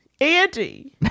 Andy